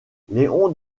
léon